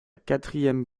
quatrième